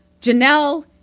Janelle